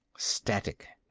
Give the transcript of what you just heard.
static.